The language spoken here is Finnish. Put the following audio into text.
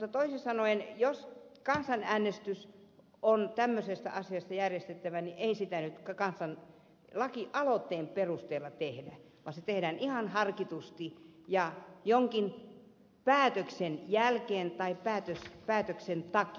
mutta toisin sanoen jos kansanäänestys on tämmöisestä asiasta järjestettävä niin ei sitä nyt lakialoitteen perusteella tehdä vaan se tehdään ihan harkitusti ja jonkin päätöksen jälkeen tai päätöksen takia